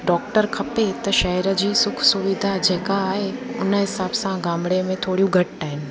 doctor खपे त शहर जी सुखु सुविधा जेका आहे हुन हिसाबु सां गामड़े में थोरियूं घटि आहिनि